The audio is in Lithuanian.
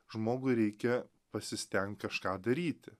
žmogui reikia pasistenk kažką daryti